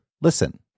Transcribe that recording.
listen